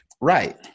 Right